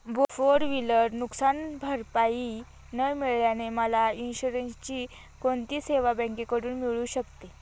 Four wheeler नुकसानभरपाई न मिळाल्याने मला इन्शुरन्सची कोणती सेवा बँकेकडून मिळू शकते?